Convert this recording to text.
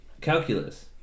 calculus